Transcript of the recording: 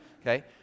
okay